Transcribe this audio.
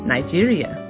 Nigeria